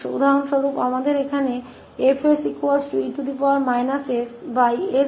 उदाहरण के लिए हमारे पास यहाँ Fe sss21 है